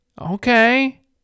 Okay